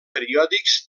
periòdics